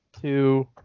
two